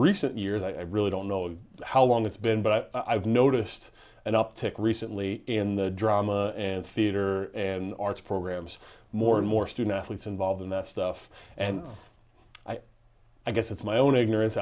recent years i really don't know how long it's been but i've noticed an uptick recently in the drama and theatre and arts programs more and more student athletes involved in that stuff and i guess it's my own ignorance